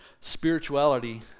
Spirituality